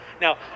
Now